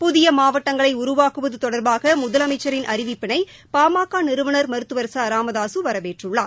புதிய மாவட்டங்களை உருவாக்குவது தொடர்பாக முதலமைச்சின் அறிவிப்பினை பாமக நிறுவனர் மருத்துவர் ச ராமதாசு வரவேற்றுள்ளார்